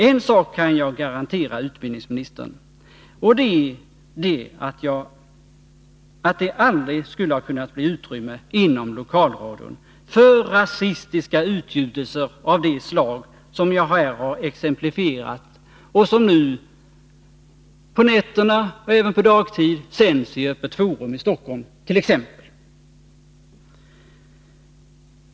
En sak kan jag garantera utbildningsministern, och det är att det aldrig skulle ha kunnat bli utrymme inom lokalradion för rasistiska utgjutelser av det slag som jag här har exemplifierat och som nu på nätterna och även på dagtid sänds t.ex. i Öppet Forum i Stockholm.